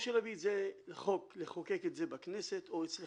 או שנחוקק את זה בכנסת או אצלך,